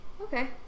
Okay